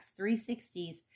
360s